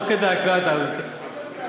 אתה לקחת את החומר, היה גידול.